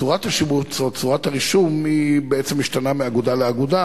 צורת השיבוץ או צורת הרישום בעצם משתנה מאגודה לאגודה,